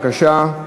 בבקשה.